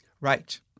Right